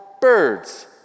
Birds